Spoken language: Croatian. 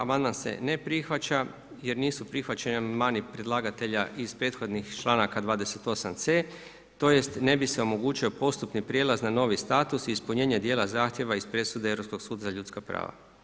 Amandman se ne prihvaća jer nisu prihvaćeni amandmani predlagatelja iz prethodnih članaka 28.c, tj., ne ti se omogućio postupni prijelaz na novi status i ispunjenje dijela zahtjeva iz presude Europskog suda za ljudska prava.